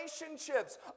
Relationships